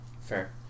Fair